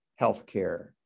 healthcare